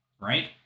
right